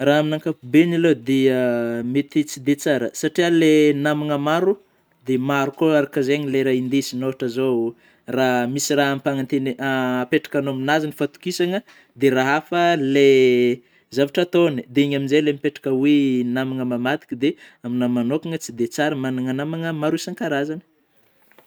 Raha amin'ny ankapobeany alôha dia mety tsy dia tsara satria le namagna maro de maro koa araka zegny le raha indesigny, ôhatra zao raha misy raha am-panantenainy apetrakanao amin'azy ny fatokisana de raha hafa le zavatra ataony; dia iny amin'izay ilay mipetraka oe namana mamadika dia aminahy manokana tsy dia tsara ny magnagna namagna maro isan-karazany.